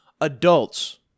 Adults